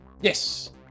Yes